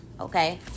Okay